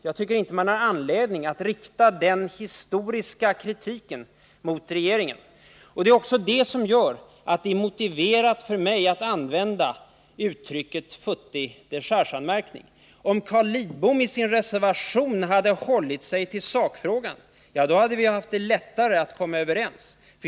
Jag tycker dock inte man har anledning att rikta den historiska kritiken mot regeringen, och det är också detta som gör att det är motiverat för mig att använda uttrycket ”småttig dechargeanmärkning”. Om Carl Lidbom i sin reservation hade hållit sig till sakfrågan hade vi haft lättare att komma överens.